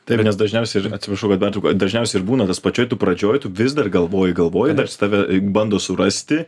taip nes dažniausiai ir atsiprašau kad pertraukiau dažniausiai ir būna tas pačioj tu pradžioj tu vis dar galvoji galvoji dar tave bando surasti